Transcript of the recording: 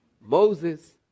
Moses